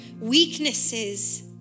weaknesses